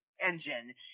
engine